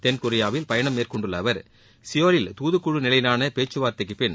தென்கொரியாவில் பயணம் மேற்கொண்டுள்ள சியோலில் தாதுக்குழு நிலையிலான பேச்சவார்த்தைக்கு பின்